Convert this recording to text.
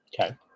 Okay